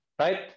right